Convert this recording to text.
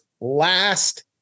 last